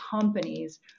companies